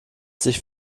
sich